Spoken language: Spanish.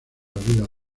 vida